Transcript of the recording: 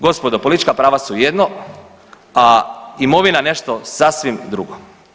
Gospodo politička prava su jedno, a imovina nešto sasvim drugo.